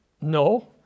No